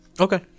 Okay